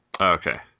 Okay